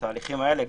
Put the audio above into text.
בתהליכים האלה.